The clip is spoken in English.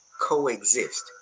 coexist